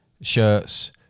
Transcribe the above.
shirts